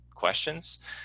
questions